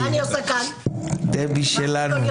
דבי שלנו.